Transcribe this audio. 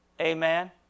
Amen